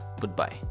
Goodbye